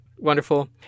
Wonderful